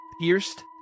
pierced